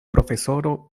profesoro